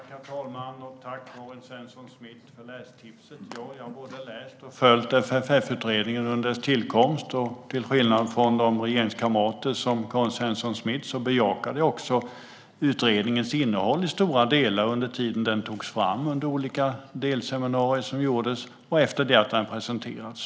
Herr talman! Jag tackar Karin Svensson Smith för lästipset. Jag har läst och följt FFF-utredningen sedan dess tillkomst. Till skillnad från Karin Svensson Smiths regeringskamrater bejakade jag också utredningens innehåll till stora delar under den tid den togs fram under olika delseminarier och efter att den presenterades.